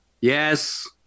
Yes